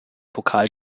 pokal